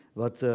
wat